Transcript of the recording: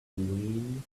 wind